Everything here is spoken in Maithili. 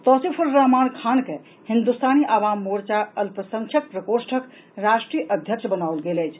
तौसीफुर्रहमान खान के हिन्दुस्तानी आवाम मोर्चा अल्पसंख्यक प्रकोष्ठक राष्ट्रीय अध्यक्ष बनाओल गेल अछि